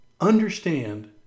understand